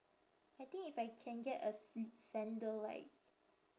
I think if I can get a sli~ sandal right